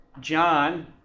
John